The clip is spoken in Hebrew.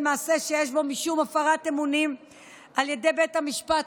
מעשה שיש בו משום הפרת אמונים על ידי בית המשפט,